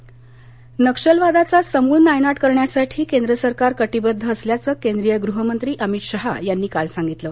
श्रम नक्षलवादाचा समूळ नायनाट करण्यासाठी केंद्र सरकार कटिबद्ध असल्याचं केंद्रीय गृहमंत्री अमित शहा यांनी काल सांगितलं